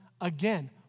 again